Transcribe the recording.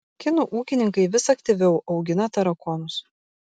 kinų ūkininkai vis aktyviau augina tarakonus